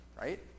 right